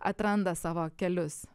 atranda savo kelius